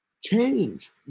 Change